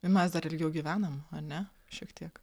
mes dar ilgiau gyvenam ne šiek tiek